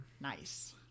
nice